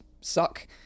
suck